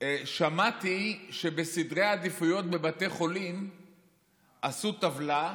שמעתי שבסדרי עדיפויות בבתי חולים עשו טבלה,